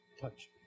Touch